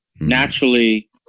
naturally